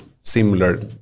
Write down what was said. similar